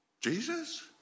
Jesus